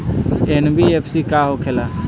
NBFC का होंखे ला?